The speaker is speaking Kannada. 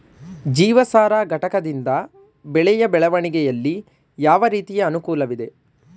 ಜೀವಸಾರ ಘಟಕದಿಂದ ಬೆಳೆಯ ಬೆಳವಣಿಗೆಯಲ್ಲಿ ಯಾವ ರೀತಿಯ ಅನುಕೂಲವಿದೆ?